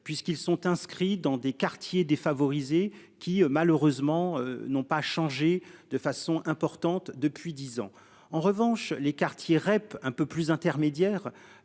puisqu'ils sont inscrits dans des quartiers défavorisés qui malheureusement n'ont pas changé de façon importante depuis 10 ans. En revanche, les quartiers REP. Un peu plus intermédiaires.